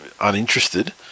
uninterested